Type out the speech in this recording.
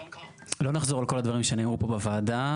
לא נחזור על כל הדברים שנאמרו פה בוועדה,